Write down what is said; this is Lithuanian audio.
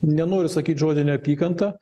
nenoriu sakyt žodį neapykantą